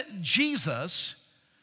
Jesus